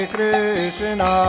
Krishna